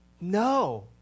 No